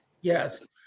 Yes